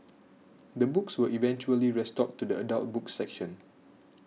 the books were eventually restored to the adult books section